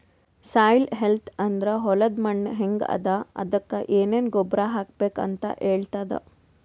soil health ಅಂದ್ರ ಹೊಲದ್ ಮಣ್ಣ್ ಹೆಂಗ್ ಅದಾ ಅದಕ್ಕ್ ಏನೆನ್ ಗೊಬ್ಬರ್ ಹಾಕ್ಬೇಕ್ ಅಂತ್ ಹೇಳ್ತದ್